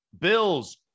Bills